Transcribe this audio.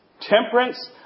temperance